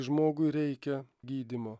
žmogui reikia gydymo